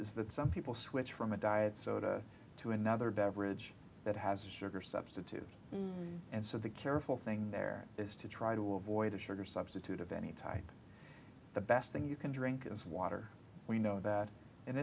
that some people switch from a diet soda to another beverage that has a sugar substitute and so the careful thing there is to try to avoid a sugar substitute of any type the best thing you can drink is water we know that